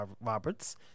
Roberts